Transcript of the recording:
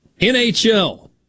NHL